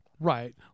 Right